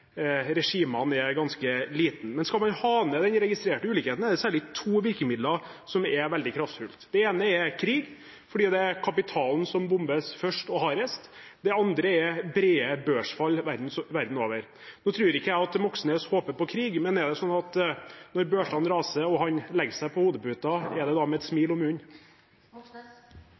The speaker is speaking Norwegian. regimene er ganske liten. Men skal man få ned den registrerte ulikheten, er det særlig to virkemidler som er veldig kraftfulle. Det ene er krig, for det er kapitalen som bombes først og hardest. Det andre er brede børsfall verden over. Jeg tror ikke at Moxnes håper på krig, men er det slik at når børsene raser og han legger hodet på puten, så er det med et smil om